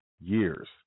years